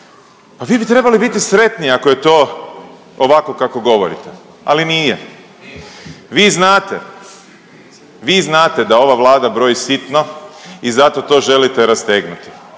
Pa vi bi trebali biti sretni ako je to ovako kako govorite ali nije. Vi znate, vi znate da ova Vlada broji sitno i zato to želite rastegnuti.